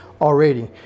already